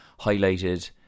highlighted